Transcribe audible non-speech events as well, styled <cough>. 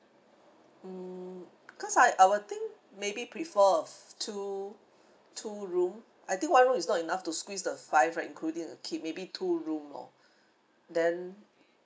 mm because I I will think maybe prefer of two <breath> two room I think one room is not enough to squeeze the five right including a kid maybe two room lor <breath> then